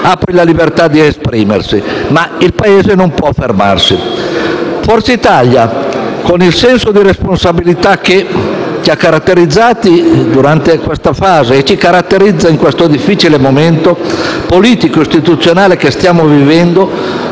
ha la libertà di esprimersi, ma il Paese non può fermarsi. Forza Italia, con il senso di responsabilità che ci ha caratterizzati in questa fase e ci caratterizza nel difficile momento politico e istituzionale che stiamo vivendo,